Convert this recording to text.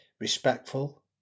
respectful